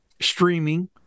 streaming